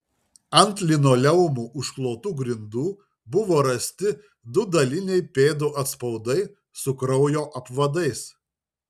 ant linoleumu užklotų grindų buvo rasti du daliniai pėdų atspaudai su kraujo apvadais